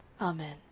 Amen